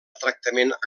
tractament